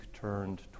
turned